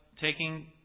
taking